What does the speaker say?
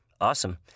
Awesome